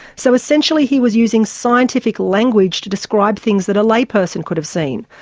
so essentially he was using scientific language to describe things that a layperson could have seen.